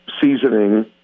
seasoning